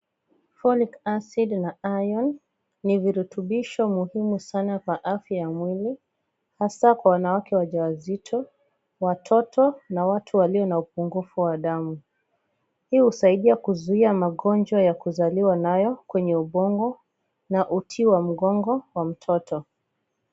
Folic acid na Iron ni virutubisho muhimu sana kwa afya ya mwili hasa kwa wanawake wajawazito, watoto na watu walio na upungufu wa damu. Hii husaidia kuzuia magonjwa ya kuzaliwa nayo kwenye ubongo na uti wa mgongo wa mtoto.